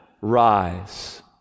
rise